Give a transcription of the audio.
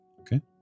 Okay